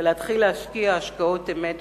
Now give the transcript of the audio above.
ואסור להמשיך ולהתעלם בעקשנות מהמציאות הזאת.